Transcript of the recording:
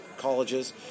colleges